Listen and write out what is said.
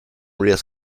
risks